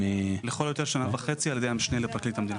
לכל היותר שנה וחצי על ידי המשנה לפרקליט המדינה.